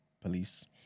Police